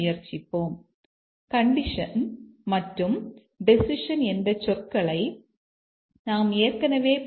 C என்றால் என்ன M